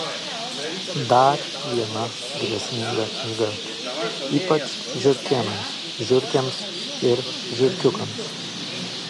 dar viena grėsminga knyga ypač žiurkėnams žiurkėms ir žiurkiukams